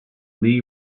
lee